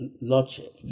logic